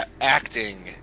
acting